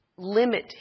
Limit